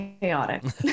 chaotic